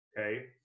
okay